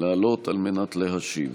לעלות על מנת להשיב.